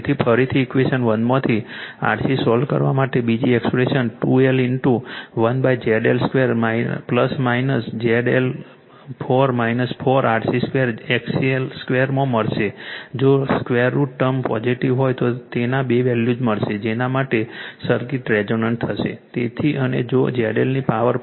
તેથી ફરીથી ઇક્વેશન 1 માંથી RC સોલ્વ કરવા માટે બીજી expression 2L into 1ZL 2 ± ZL 4 4 RC 2 XL 2 માં મળશે જો 2 √ ટર્મ પોઝિટીવ હોય તો તેના બે વેલ્યૂઝ મળશે જેના માટે સર્કિટ રેઝોનન્ટ થશે